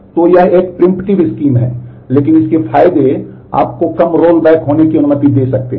तो यह एक प्रिम्पटीव स्कीम है लेकिन इसके फायदे आपको कम रोल बैक होने की अनुमति दे सकते हैं